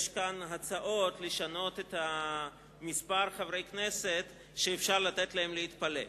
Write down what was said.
יש כאן הצעות לשנות את מספר חברי הכנסת שאפשר לתת להם להתפלג.